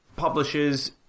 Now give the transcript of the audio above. Publishes